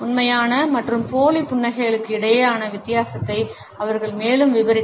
உண்மையான மற்றும் போலி புன்னகைகளுக்கு இடையிலான வித்தியாசத்தை அவர்கள் மேலும் விவரித்தனர்